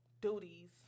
duties